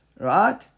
Right